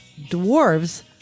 dwarves